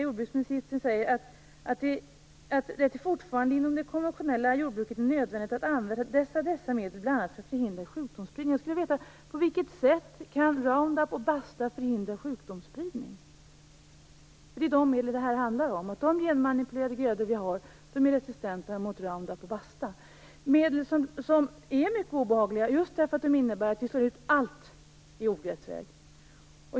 Jordbruksministern säger också i svaret att det "fortfarande inom det konventionella jordbruket är nödvändigt att använda dessa medel, t.ex. för att förhindra sjukdomsspridning". På vilket sätt kan Roundup och Basta förhindra sjukdomsspridning? Det är ju dessa medel som det här handlar om. De genmanipulerade grödor vi har är resistenta mot Roundup och Basta. Detta är medel som är mycket obehagliga just därför att de slår ut allt i ogräsväg.